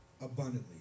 abundantly